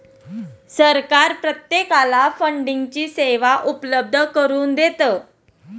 सरकार प्रत्येकाला फंडिंगची सेवा उपलब्ध करून देतं